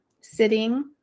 sitting